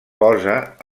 posa